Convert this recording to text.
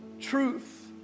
Truth